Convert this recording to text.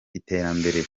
iterambere